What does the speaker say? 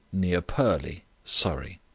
near purley, surrey.